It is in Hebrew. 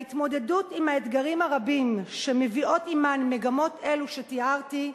ההתמודדות עם האתגרים הרבים שמביאות עמן מגמות אלה שתיארתי,